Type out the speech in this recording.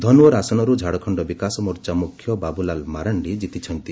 ଧନଓ୍ୱର ଆସନରୁ ଝାଡ଼ଖଣ୍ଡ ବିକାଶ ମୋର୍ଚ୍ଚା ମୁଖ୍ୟ ବାବୁଲାଲ ମାରାଣ୍ଡି ଜିତିଛନ୍ତି